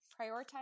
prioritize